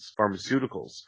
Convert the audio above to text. pharmaceuticals